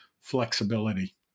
flexibility